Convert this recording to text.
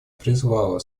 призвала